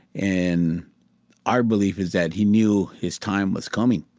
and our belief is that he knew his time was coming,